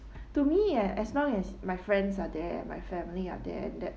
to me ah as long as my friends are there and my family are there and that